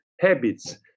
habits